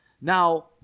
Now